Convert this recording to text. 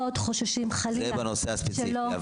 מאוד חוששים חלילה שלא --- זה בנושא הספציפי,